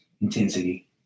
intensity